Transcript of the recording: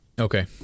okay